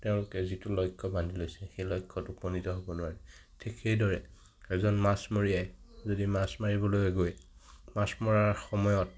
তেওঁলোকে যিটো লক্ষ্য বান্ধি লৈছে সেই লক্ষ্যত উপনীত হ'ব নোৱাৰে ঠিক সেইদৰে এজন মাছমৰীয়াই যদি মাছ মাৰিবলৈ গৈ মাছ মৰাৰ সময়ত